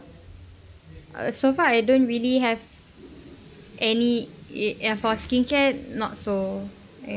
uh so far I don't really have any i~ eh ya for skincare not so